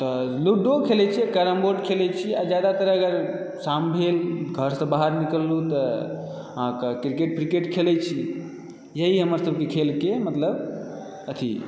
ludo खेलै छी carrom board खेलै छी आ जादातर अगर शाम भेल घरसँ बाहर निकललुँ तऽ अहाँकऽ क्रिकेट विक्रेटखेले छी यही हमर सभके खेलके मतलब अथी